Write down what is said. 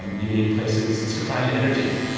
and you need places to find energy,